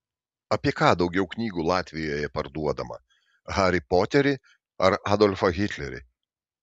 apie ką daugiau knygų latvijoje parduodama harį poterį ar adolfą hitlerį